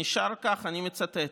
נשאר כך, אני מצטט: